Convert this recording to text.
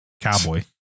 cowboy